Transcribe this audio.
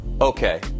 okay